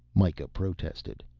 mikah protested.